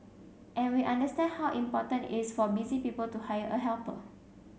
and we understand how important it is for busy people to hire a helper